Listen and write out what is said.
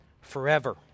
forever